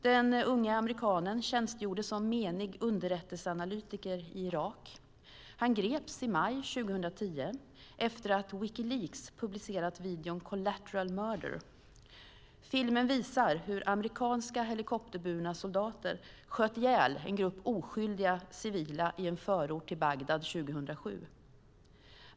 Den unge amerikanen tjänstgjorde som menig underrättelseanalytiker i Irak. Han greps i maj 2010 efter att Wikileaks hade publicerat videon Collateral murder . Filmen visar hur amerikanska helikopterburna soldater sköt ihjäl en grupp oskyldiga civila i en förort till Bagdad 2007.